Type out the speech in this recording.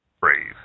Brave